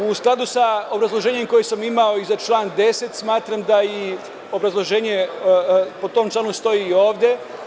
U skladu sa obrazloženjem koje sam imao i za član 10. smatram da i obrazloženje po tom članu stoji i ovde.